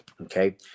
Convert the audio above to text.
Okay